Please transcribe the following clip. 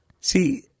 See